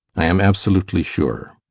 i am absolutely sure.